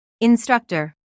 Instructor